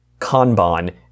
Kanban